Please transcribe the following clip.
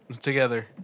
Together